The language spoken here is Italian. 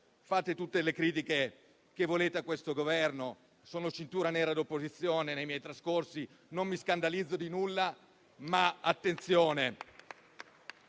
Fate tutte le critiche che volete a questo Governo (sono cintura nera di opposizione nei miei trascorsi, non mi scandalizzo di nulla,